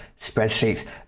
spreadsheets